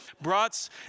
brats